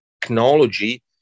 technology